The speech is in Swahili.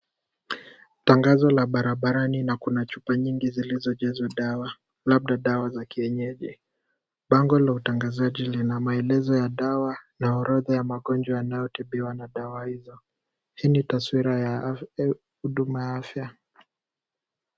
Tangazo la barabarani na kuna chupa nyingi zilizojazwa dawa, labda dawa za kienyeji. Bango la utangazaji lina maelezo ya dawa na porodha ya magonjwa yanayotibiwa na dawa hizo. Hii ni taswira ya huduma ya afya.